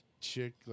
chick